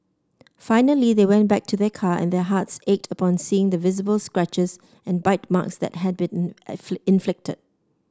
finally they went back to their car and their hearts ached upon seeing the visible scratches and bite marks that had been inflicted